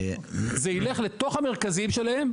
זה ילך לתוך המרכזים שלהם,